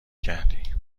کردی